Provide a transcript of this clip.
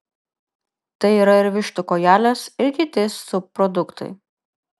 tai yra ir vištų kojelės ir kiti subproduktai